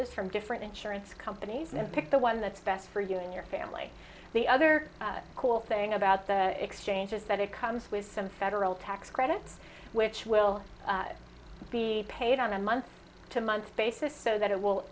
is from different insurance companies and pick the one that's best for you and your family the other cool thing about the exchange is that it comes with some federal tax credits which will be paid on a month to month basis so that it will